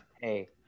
hey